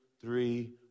three